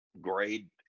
grade